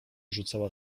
rzucała